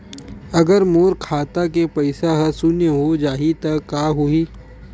अगर मोर खाता के पईसा ह शून्य हो जाही त का होही?